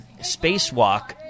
Spacewalk